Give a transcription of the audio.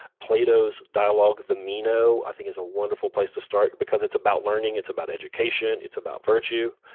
plato's dialogue, the meno, i think is a wonderful place to start because it's about learning. it's about education. it's about virtue.